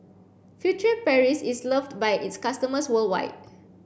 Furtere Paris is loved by its customers worldwide